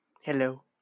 Hello